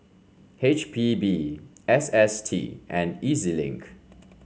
H P B S S T and E Z Link